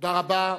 תודה רבה.